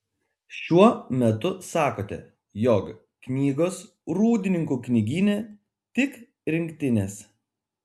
šiuo metu sakote jog knygos rūdninkų knygyne tik rinktinės